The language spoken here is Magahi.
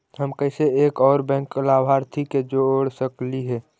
हम कैसे एक और बैंक लाभार्थी के जोड़ सकली हे?